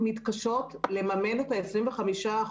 מתקשות לממן את ה-25%.